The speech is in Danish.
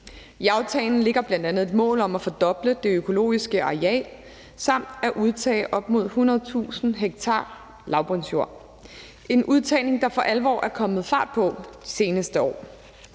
I aftalen ligger bl.a. et mål om at fordoble det økologiske areal samt at udtage op mod 100.000 ha lavbundsjorder. Det er en udtagning, der for alvor er kommet fart på de seneste år.